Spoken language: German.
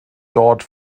dort